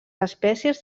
espècies